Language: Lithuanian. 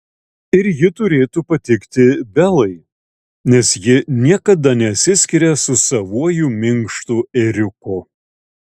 ir ji turėtų patikti belai nes ji niekada nesiskiria su savuoju minkštu ėriuku